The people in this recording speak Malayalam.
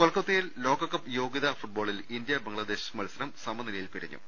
കൊൽക്കത്തയിൽ ലോകകപ്പ് യോഗൃതാ ഫുട്ബോളിൽ ഇന്ത്യ ബംഗ്ലാദേശ് മത്സരം സമനിലയിൽ പിരിഞ്ഞു